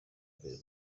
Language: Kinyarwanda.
mbere